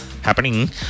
happening